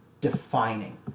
defining